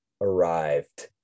arrived